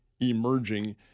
emerging